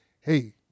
hey